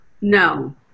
No